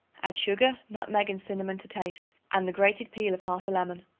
add sugar, nutmeg and cinnamon to taste and the grated peel of half a lemon.